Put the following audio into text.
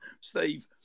Steve